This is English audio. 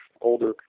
older